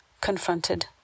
confronted